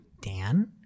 Dan